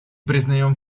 признаем